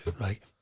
Right